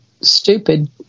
stupid